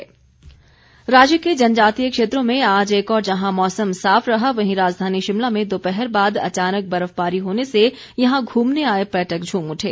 मौसम राज्य के जनजातीय क्षेत्रों में आज एक ओर जहां मौसम साफ रहा वहीं राजधानी शिमला में दोपहर बाद अचानक बर्फबारी होने से यहां घूमने आए पर्यटक झूम उठे